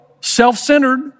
self-centered